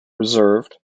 reserved